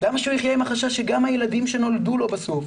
למה שהוא יחיה עם החשש שגם הילדים שנולדו לו בסוף,